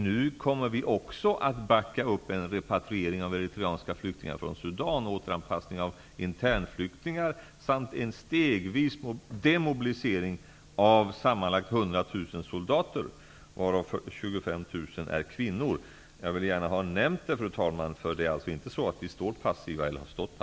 Nu kommer vi också att backa upp en repatriering av eritreanska flyktingar från Sudan och en återanpassning av internflyktingar samt en stegvis demobilisering av sammanlagt 100 000 soldater, varav 25 000 är kvinnor. Jag vill gärna ha detta nämnt, fru talman, eftersom vi inte står passiva.